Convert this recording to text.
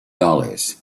dollars